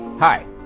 Hi